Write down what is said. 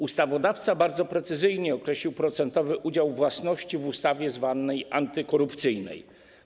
Ustawodawca bardzo precyzyjnie określił procentowy udział własności w ustawie zwanej antykorupcyjnej.